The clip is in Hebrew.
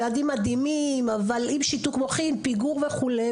ילדים מדהימים, אבל עם שיתוק מוחין, פיגור וכולי.